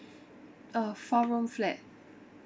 uh four room flat